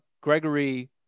Gregory